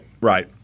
right